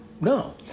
No